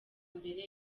mbere